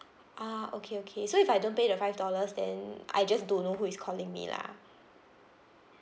ah okay okay so if I don't pay the five dollars then I just don't know who is calling me lah